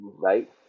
Right